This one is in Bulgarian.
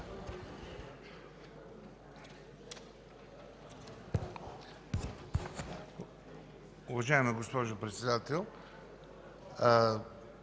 Уважаема госпожо Председател,